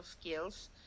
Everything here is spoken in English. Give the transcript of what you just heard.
skills